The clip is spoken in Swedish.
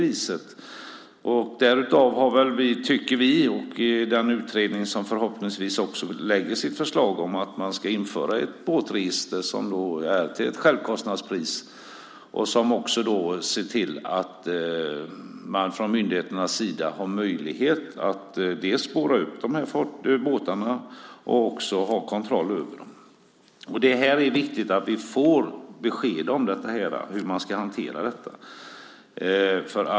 Vi, och förhoppningsvis den utredning som lägger fram sitt förslag, tycker att man ska införa ett båtregister till självkostnadspris så att man från myndigheternas sida har möjlighet att spåra upp båtarna och ha kontroll. Det är viktigt att vi får besked om hur man ska hantera detta.